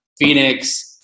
Phoenix